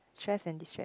stress and destress